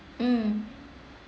mm